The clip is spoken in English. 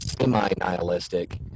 semi-nihilistic